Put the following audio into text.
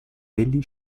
degli